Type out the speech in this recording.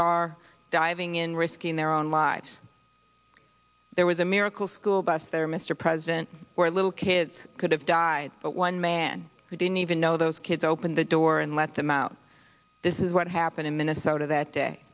rebar diving in risking their own live there was a miracle school bus there mr president where little kids could have died but one man who didn't even know those kids opened the door and let them out this is what happened in minnesota that day